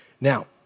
Now